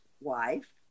wife